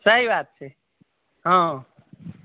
सही बात छै हॅं